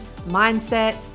mindset